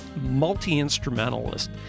multi-instrumentalist